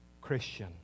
Christian